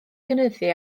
gynyddu